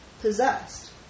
Possessed